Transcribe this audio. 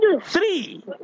three